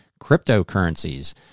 cryptocurrencies